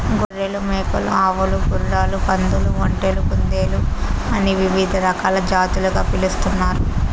గొర్రెలు, మేకలు, ఆవులు, గుర్రాలు, పందులు, ఒంటెలు, కుందేళ్ళు అని వివిధ రకాల జాతులుగా పిలుస్తున్నారు